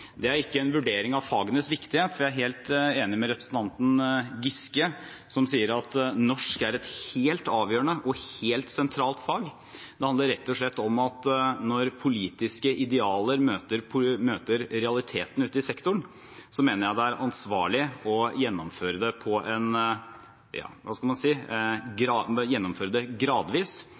Det er ikke en vurdering av fagenes viktighet, for jeg er helt enig med representanten Giske, som sier at norsk er et helt avgjørende og helt sentralt fag. Det handler rett og slett om at når politiske idealer møter realitetene ute i sektoren, mener jeg det er ansvarlig å gjennomføre det gradvis,